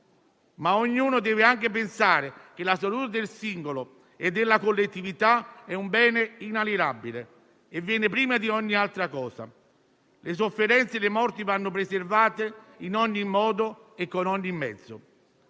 Ognuno deve però anche pensare che la salute del singolo e della collettività sono un bene inalienabile, che viene prima di ogni altra cosa. Le sofferenze e le morti vanno evitate in ogni modo e con ogni mezzo.